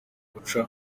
uca